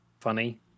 funny